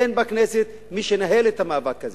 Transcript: אין בכנסת מי שינהל את המאבק הזה.